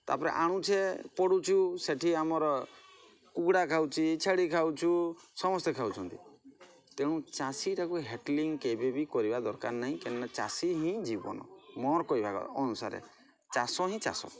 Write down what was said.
ତା'ପରେ ଆଣୁଛେ ପଡ଼ୁଛୁ ସେଠି ଆମର କୁକୁଡ଼ା ଖାଉଛି ଛେଳି ଖାଉଛୁ ସମସ୍ତେ ଖାଉଛନ୍ତି ତେଣୁ ଚାଷୀଟାକୁ ହେଟ୍ କେବେ ବି କରିବା ଦରକାର ନାହିଁ କାରଣ ଚାଷୀ ହିଁ ଜୀବନ ମୋର କହିବା ଅନୁସାରେ ଚାଷ ହିଁ ଚାଷ